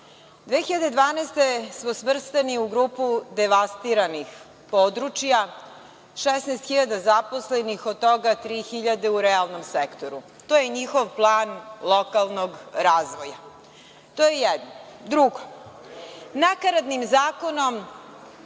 2012. smo svrstani u grupu devastiranih područja, 16 hiljada zaposlenih od toga tri hiljade u realnom sektoru. To je njihov plan lokalnog razvoja. To je jedno. Drugo, nakaradnim zakonom,